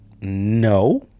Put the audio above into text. no